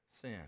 sin